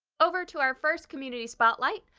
over to our first community spotlight,